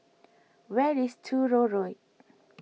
where is Truro Road